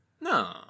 No